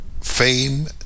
fame